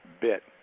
bit